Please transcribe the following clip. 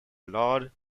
lord